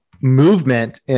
movement